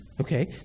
Okay